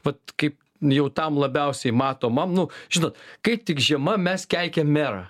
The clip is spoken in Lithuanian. vat kaip jau tam labiausiai matomam nu žinot kai tik žiema mes keikiam merą